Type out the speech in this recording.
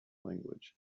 language